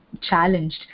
challenged